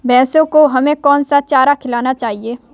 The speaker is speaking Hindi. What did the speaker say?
भैंसों को हमें कौन सा चारा खिलाना चाहिए?